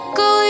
go